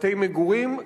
בתי-מגורים,